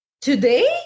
today